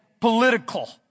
political